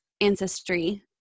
ancestry